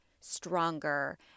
stronger